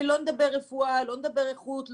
ולא נדבר על רפואה ואיכות חיים,